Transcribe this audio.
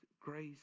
grace